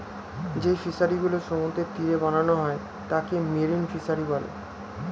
যেই ফিশারি গুলো সমুদ্রের তীরে বানানো হয় তাকে মেরিন ফিসারী বলে